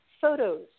photos